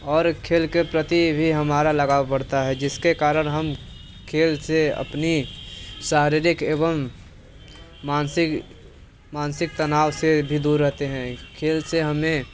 और खेल के प्रति भी हमारा लगाव बढ़ता है जिसके कारण हम खेल से अपनी शारीरिक एवं मानसिक मानसिक तनाव से भी दूर रहते हैं खेल से हमें